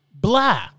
blah